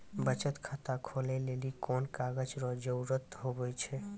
बचत खाता खोलै लेली कोन कागज रो जरुरत हुवै छै?